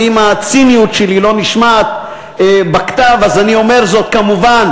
ואם הציניות שלי לא נשמעת בכתב אז אני אומר זאת כמובן,